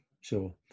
sure